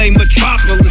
metropolis